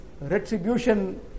retribution